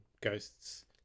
ghosts